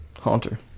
Haunter